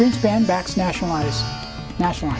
this ban backs nationalize national